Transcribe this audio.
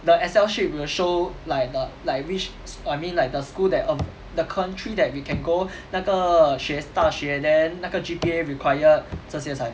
the excel sheet will show like the like err which I mean like the school that um the country that we can go 那个学大学 then 那个 G_P_A required 这些才